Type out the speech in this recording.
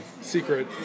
secret